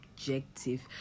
objective